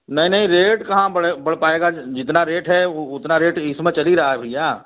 नहीं नहीं रेट कहाँ बढ़े बढ़ पाएगा जी जितना रेट है वह वह उतना रेट इसमें चल ही रहा है भैया